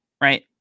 right